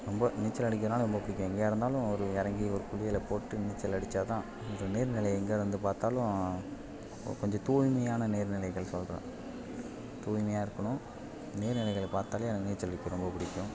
ரொம்ப நீச்சல் அடிக்கிறதுனாலே ரொம்ப பிடிக்கும் எங்கேயா இருந்தாலும் ஒரு இறங்கி ஒரு குளியலை போட்டு நீச்சல் அடிச்சால் தான் இந்த நீர்நிலையை எங்கேருந்து பார்த்தாலும் கொஞ்சம் துாய்மையான நீர்நிலைகள் சொல்லுறேன் துாய்மையாக இருக்கணும் நீர் நிலைகளை பார்த்தாலே நீச்சல் அடிக்க ரொம்ப பிடிக்கும்